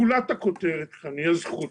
גולת הכותרת כאן היא הזכות.